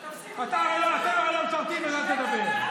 אתם לא משרתים, אז אל תדבר.